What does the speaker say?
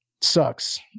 sucks